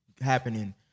happening